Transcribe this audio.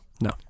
No